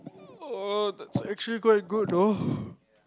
oh that's actually quite good though